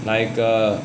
那一个